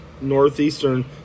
northeastern